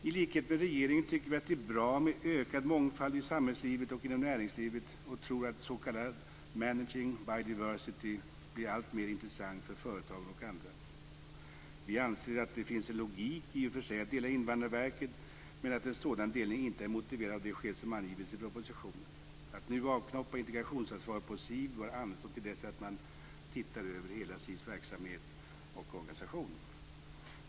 I likhet med regeringen tycker vi att det är bra med ökad mångfald i samhällslivet och inom näringslivet, och vi tror att s.k. managing by diversity blir alltmer intressant för företagen och andra. Vi anser att det finns en logik i att dela Invandrarverket, men att en sådan delning inte är motiverad av de skäl som har angivits i propositionen. Att nu avknoppa integrationsansvaret på SIV bör alltså anstå till dess att man har sett över hela SIV:s verksamhet och organisation.